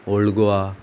old Goa